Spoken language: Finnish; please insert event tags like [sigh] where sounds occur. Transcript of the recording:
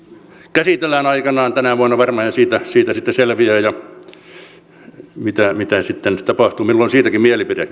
käsitellään aikanaan tänä vuonna varmaan ja siitä siitä sitten selviää mitä sitten tapahtuu minulla on siitäkin mielipide [unintelligible]